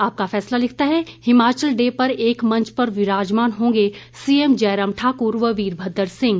आपका फैसला लिखता है हिमाचल डे पर एक मंच पर विराजमान होंगे सीएम जयराम ठाकुर व वीरभद्र सिंह